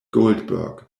goldberg